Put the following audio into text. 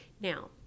Now